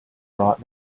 right